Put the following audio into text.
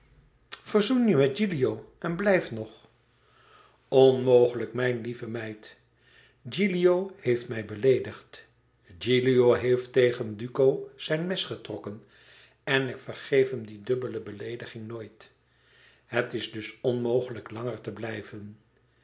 verzoen je met gilio en blijf nog onmogelijk mijn lieve meid gilio heeft mij beleedigd gilio heeft tegen duco zijn mes getrokken en ik vergeef hem die dubbele beleediging nooit het is dus onmogelijk langer te blijven